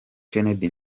kennedy